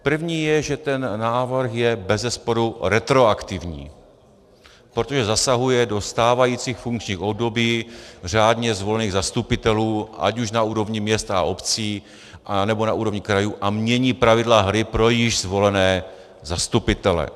První je, že ten návrh je bezesporu retroaktivní, protože zasahuje do stávajících funkčních období řádně zvolených zastupitelů ať už na úrovni měst a obcí, anebo na úrovni krajů a mění pravidla hry pro již zvolené zastupitele.